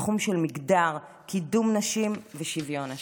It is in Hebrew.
בתחום של מגדר, קידום נשים ושוויון נשים.